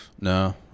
No